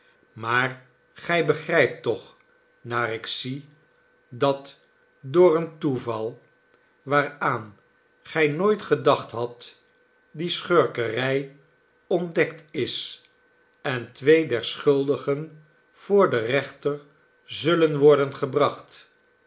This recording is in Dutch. maar gij begrijpt toch naarikzie dat door een toeval waaraan gij nooit gedacht hadt die schurkerij ontdekt is en twee der schuldigen voor den rechter zullen worden gebracht